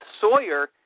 Sawyer